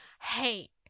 Hey